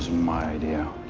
my idea.